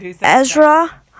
Ezra